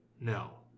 No